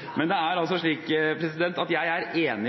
men jeg ser ikke på barn først og fremst som en del av nasjonalregnskapet. Jeg er ikke født på Høyres Hus, selv om jeg har vært der ganske mye. Det